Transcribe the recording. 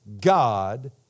God